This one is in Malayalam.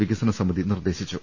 വികസനസമിതി നിർദേശിച്ചു